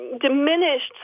diminished